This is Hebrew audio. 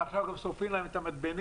ועכשיו גם שורפים להם את המתבנים